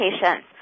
patients